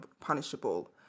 punishable